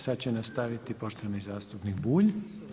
Sada će nastaviti poštovani zastupnik Bulj.